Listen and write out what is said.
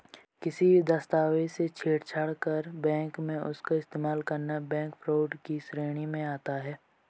किसी भी दस्तावेज से छेड़छाड़ कर बैंक में उसका इस्तेमाल करना बैंक फ्रॉड की श्रेणी में आता है